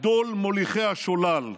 גדול מוליכי השולל,